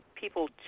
people